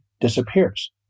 disappears